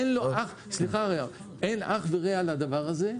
אין אח ורע לדבר הזה בעולם.